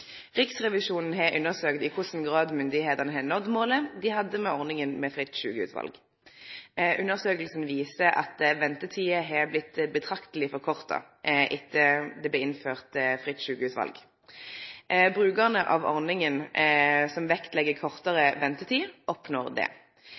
Riksrevisjonen har undersøkt i kva for grad myndigheitene har nådd det målet dei hadde for ordninga med fritt sjukehusval. Undersøkinga viser at ventetida har blitt betrakteleg forkorta etter at ein innførte ordninga med fritt sjukehusval. Brukarane av ordninga, som legg vekt på kortare